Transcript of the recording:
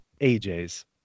AJ's